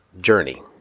journey